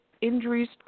injuries